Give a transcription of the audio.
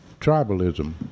tribalism